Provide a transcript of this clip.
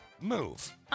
Move